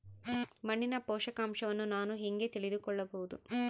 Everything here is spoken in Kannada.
ಮಣ್ಣಿನ ಪೋಷಕಾಂಶವನ್ನು ನಾನು ಹೇಗೆ ತಿಳಿದುಕೊಳ್ಳಬಹುದು?